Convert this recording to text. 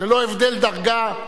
ללא הבדל דרגה.